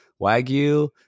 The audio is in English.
wagyu